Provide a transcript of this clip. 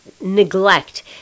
neglect